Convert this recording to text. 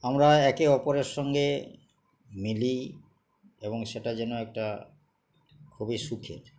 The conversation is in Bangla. আমরা একে অপরের সঙ্গে মিলি এবং সেটা যেন একটা খুবই সুখের